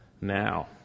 now